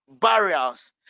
barriers